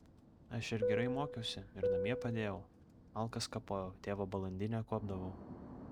aš ir gerai mokiausi ir namie padėjau malkas kapojau tėvo balandinę kuopdavau